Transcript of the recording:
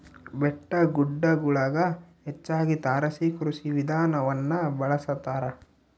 ಬೆಟ್ಟಗುಡ್ಡಗುಳಗ ಹೆಚ್ಚಾಗಿ ತಾರಸಿ ಕೃಷಿ ವಿಧಾನವನ್ನ ಬಳಸತಾರ